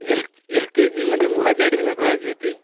L यलकेजीमध्ये मुलाची admission करायची होती